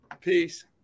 Peace